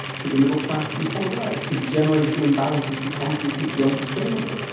could the middle class be hollowed out? could the generational imbalances become completely unsustainable?